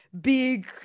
big